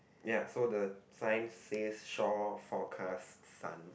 ya so the sign says shore forecast sun